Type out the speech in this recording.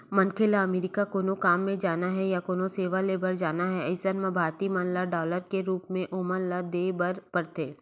मनखे ल अमरीका कोनो काम म जाना हे या कोनो सेवा ले बर जाना हे अइसन म भारतीय मन ल डॉलर के रुप म ओमन ल देय बर परथे